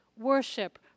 worship